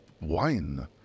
wine